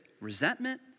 Resentment